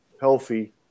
healthy